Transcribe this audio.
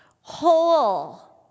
whole